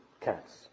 cats